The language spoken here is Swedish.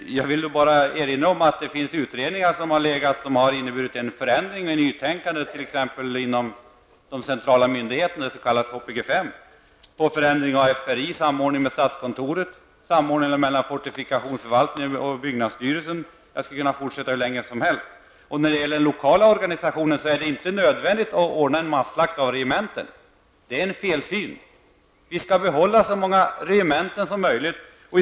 Låt mig erinra om att det finns utredningar som har medfört ett nytänkande inom de centrala myndigheterna -- förändringar inom FRI, samordning med statskontoret, samordning mellan fortifikationsförvaltningen och byggnadsstyrelsen osv. Jag skulle kunna fortsätta uppräkningen. Vad gäller den lokala organisationen vill jag säga att det inte är nödvändigt med en mass-slakt av regementen. Det är en felsyn. Vi skall behålla så många regementen som möjligt.